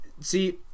See